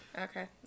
okay